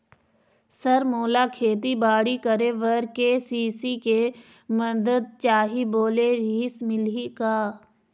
Sir मोला खेतीबाड़ी करेबर के.सी.सी के मंदत चाही बोले रीहिस मिलही का?